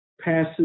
passes